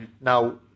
now